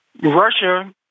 Russia